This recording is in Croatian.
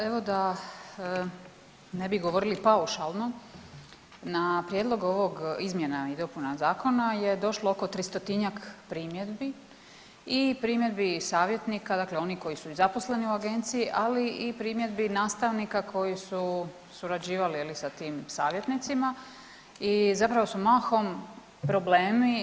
Pa evo da ne bi govorili paušalno na prijedlog ovog izmjena i dopuna zakona je došlo oko tristotinjak primjedbi i primjedbi i savjetnika, dakle oni koji su i zaposleni u agenciji, ali i primjedbi nastavnika koji su surađivali sa tim savjetnicima i zapravo su mahom problemi.